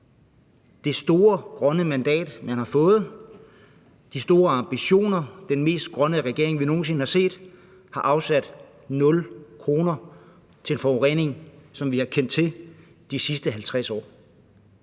det store grønne mandat, man har fået, med de store ambitioner, man har, har den mest grønne regering, som vi nogensinde har set, afsat 0 kr. til en forurening, som vi har kendt til de sidste 50 år.